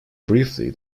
briefly